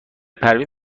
پروین